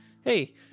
hey